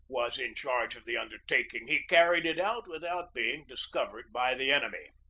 was in charge of the undertaking. he carried it out without being discovered by the enemy.